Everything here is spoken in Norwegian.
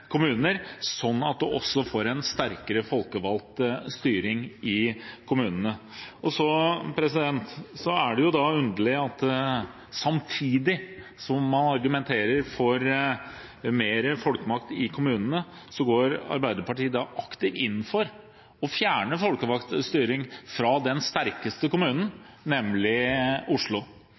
kommuner, sånn at man også får en sterkere folkevalgt styring i kommunene. Det er underlig at samtidig som man argumenterer for mer folkemakt i kommunene, går Arbeiderpartiet aktivt inn for å fjerne folkevalgt styring fra den sterkeste kommunen, nemlig Oslo.